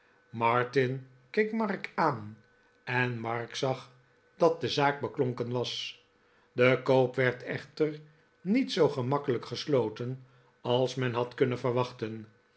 martin keek mark aan en mark zag dat de zaak beklonken was de koop werd echter niet zoo gemakkelijk gesloten als men had kunnen verwachten